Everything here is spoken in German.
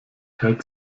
hält